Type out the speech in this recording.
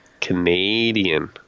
canadian